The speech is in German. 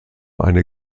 eine